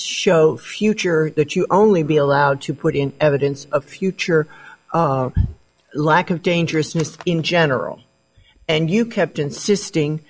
show future that you only be allowed to put in evidence of future lack of dangerousness in general and you kept insisting